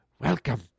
Welcome